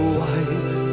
white